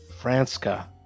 Franska